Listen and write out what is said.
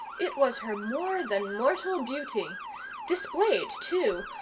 it was her more than mortal beauty displayed, too,